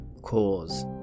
cause